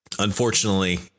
Unfortunately